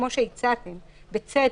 כפי שהצעתם בצדק,